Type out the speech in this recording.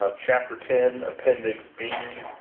chapter ten, appendix b,